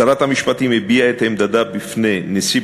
שרת המשפטים הביעה את עמדתה בפני נשיא